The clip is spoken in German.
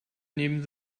neben